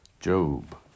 Job